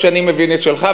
שאני מבין את שלך,